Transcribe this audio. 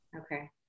Okay